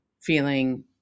feeling